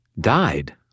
Died